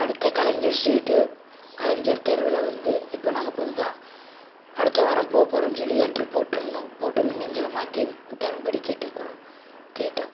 அடுத்த கலைஞர் ஸ்டீட்டு கலைஞர் தெருவில் வந்து இப்போ நாங்கள் புதிதாக அடுத்த வாரம் போகப்போறோன்னு சொல்லி லெட்ரு போட்டுருந்தோம் போட்டு மின்னஞ்சலை மாற்றி தரும்படி கேட்டுகொள் கேட்டோம்